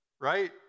right